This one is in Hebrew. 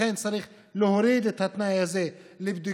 לכן צריך להוריד את התנאי הזה לבדיקות